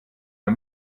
der